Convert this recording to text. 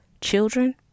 children